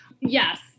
Yes